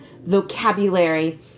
vocabulary